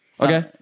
Okay